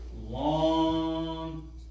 Long